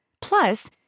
Plus